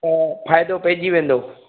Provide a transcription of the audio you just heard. ऐं फ़ाइदो पइजी वेंदो